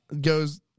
goes